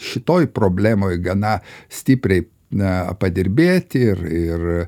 šitoj problemoj gana stipriai na padirbėt ir ir